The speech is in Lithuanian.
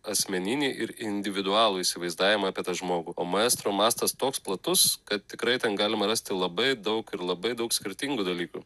asmeninį ir individualų įsivaizdavimą apie tą žmogų o maestro mastas toks platus kad tikrai ten galima rasti labai daug ir labai daug skirtingų dalykų